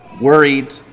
Worried